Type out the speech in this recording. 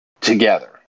together